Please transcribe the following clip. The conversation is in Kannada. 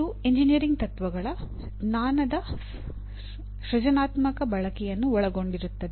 ಇದು ಎಂಜಿನಿಯರಿಂಗ್ ತತ್ವಗಳ ಜ್ಞಾನದ ಸೃಜನಾತ್ಮಕ ಬಳಕೆಯನ್ನು ಒಳಗೊಂಡಿರುತ್ತದೆ